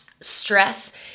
stress